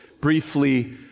briefly